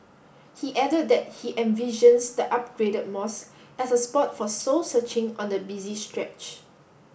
he added that he envisions the upgraded mosque as a spot for soul searching on the busy stretch